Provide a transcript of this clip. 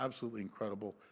absolutely incredible.